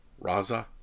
Raza